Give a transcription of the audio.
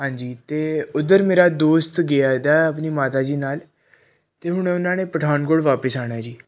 ਹਾਂਜੀ ਅਤੇ ਉੱਧਰ ਮੇਰਾ ਦੋਸਤ ਗਿਆ ਦਾ ਆਪਣੀ ਮਾਤਾ ਜੀ ਨਾਲ ਅਤੇ ਹੁਣ ਉਹਨਾਂ ਨੇ ਪਠਾਨਕੋਟ ਵਾਪਸ ਆਉਣਾ ਹੈ ਜੀ